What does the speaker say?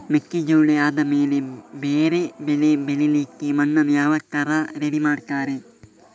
ಮೆಕ್ಕೆಜೋಳ ಆದಮೇಲೆ ಬೇರೆ ಬೆಳೆ ಬೆಳಿಲಿಕ್ಕೆ ಮಣ್ಣನ್ನು ಯಾವ ತರ ರೆಡಿ ಮಾಡ್ತಾರೆ?